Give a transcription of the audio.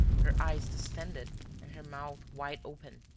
her eyes distended and her mouth wide open,